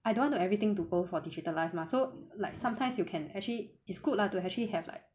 I don't want to everything to go for digital life mah so like sometimes you can actually is good lah to actually have like